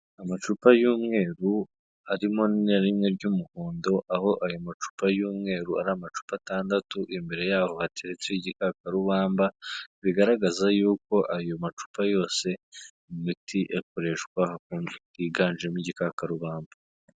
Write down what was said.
Amacupa y'umweru, harimo na rimwe ry'umuhondo, aho ayo macupa y'umweru ari amacupa atandatu, imbere yaho hateretse igikapurubamba, bigaragaza y'uko ayo macupa yose, imiti akoreshwa yiganjemo igikakarubamba.